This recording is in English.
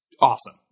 Awesome